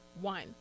One